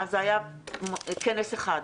אז היה כנס אחד,